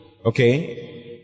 Okay